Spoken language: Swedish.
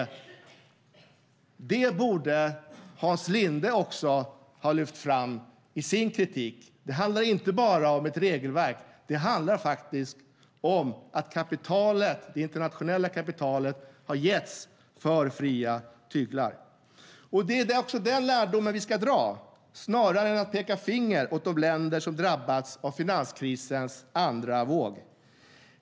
Det borde Hans Linde ha lyft fram i sin kritik. Det handlar inte bara om ett regelverk; det handlar om att det internationella kapitalet har getts alltför fria tyglar. Det är en lärdom vi ska dra snarare än att peka finger åt de länder som har drabbats av finanskrisens andra våg.